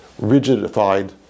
rigidified